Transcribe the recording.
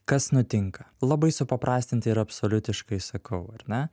kas nutinka labai supaprastinti ir absoliutiškai sakau ar ne